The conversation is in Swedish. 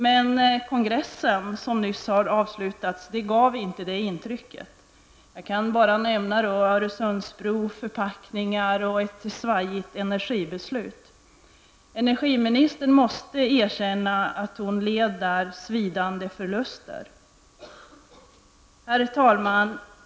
Men kongressen, som nyligen avslutades, gav inte det uttrycket. Jag kan bara nämna Öresundsbron, förpackningar och ett svajigt energibeslut. Energiministern måste erkänna att hon led svidande förluster på kongressen.